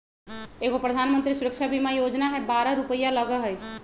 एगो प्रधानमंत्री सुरक्षा बीमा योजना है बारह रु लगहई?